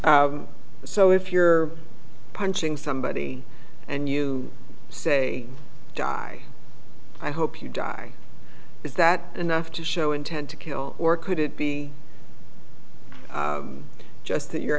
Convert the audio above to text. s so if you're punching somebody and you say die i hope you die is that enough to show intent to kill or could it be just that you're